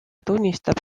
tunnistab